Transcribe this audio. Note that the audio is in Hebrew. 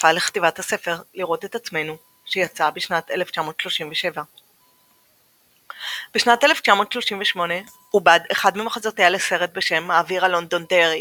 שותפה לכתיבת הספר "לראות את עצמנו" שיצא בשנת 1937. בשנת 1938 עובד אחד ממחזותיה לסרט בשם האוויר הלונדונדרי.